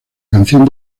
canción